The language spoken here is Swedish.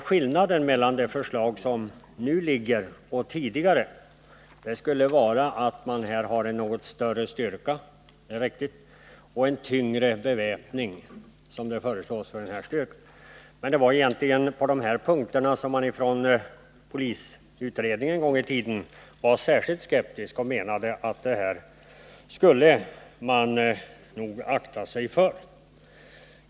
Skillnaden mellan det förslag som nu föreligger och tidigare förslag är att man nu föreslår en något större styrka och en tyngre beväpning för denna styrka — det är riktigt. Men det var egentligen på dessa punkter som polisutredningen en gång i tiden var särskilt skeptisk; utredningen menade att det här skulle man nog akta sig för.